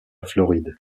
floride